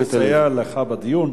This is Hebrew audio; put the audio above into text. אני רוצה, אדוני, לסייע לך בדיון,